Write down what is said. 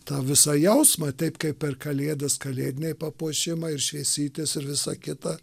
tą visą jausmą taip kaip per kalėdas kalėdiniai papuošimai ir šviesytės ir visa kita